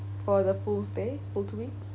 for the full stay full two weeks